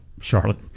Charlotte